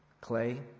Clay